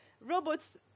robots